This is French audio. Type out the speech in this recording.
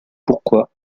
pourquoi